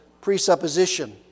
presupposition